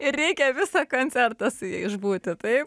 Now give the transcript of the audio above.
ir reikia visą koncertą su ja išbūti taip